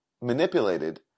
manipulated